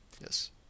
Yes